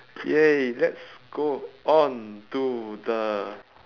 !yay! let's go on to the